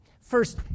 First